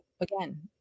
again